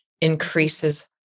increases